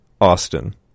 Austin